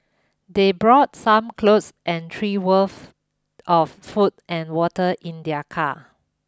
they brought some clothes and three worth of food and water in their car